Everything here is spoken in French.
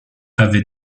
avait